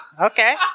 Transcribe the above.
Okay